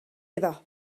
iddo